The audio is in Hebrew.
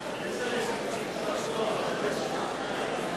נפסקה בשעה 17:08 ונתחדשה בשעה 17:09.)